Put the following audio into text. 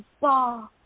saw